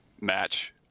match